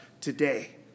today